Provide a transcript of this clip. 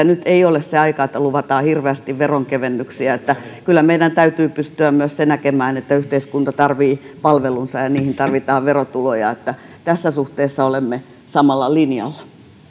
nyt ei ole se aika että luvataan hirveästi veronkevennyksiä kyllä meidän täytyy pystyä myös se näkemään että yhteiskunta tarvitsee palvelunsa ja niihin tarvitaan verotuloja eli tässä suhteessa olemme samalla linjalla